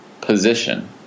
position